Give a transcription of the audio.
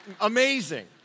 amazing